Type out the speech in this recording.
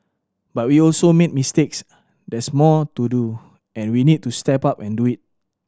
but we also made mistakes there's more to do and we need to step up and do it